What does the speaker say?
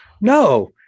no